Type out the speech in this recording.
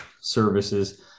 services